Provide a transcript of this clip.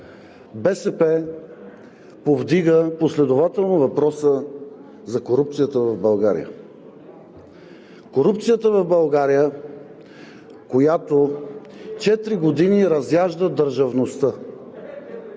БСП повдига последователно въпроса за корупцията в България – корупцията в България, която четири години разяжда държавността!